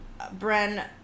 Bren